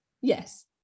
Yes